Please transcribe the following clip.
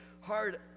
hard